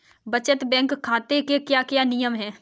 बचत बैंक खाते के क्या क्या नियम हैं?